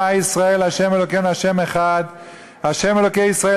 ישראל ה' אלוקינו ה' אחד"; ה' אלוקי ישראל,